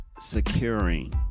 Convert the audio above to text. securing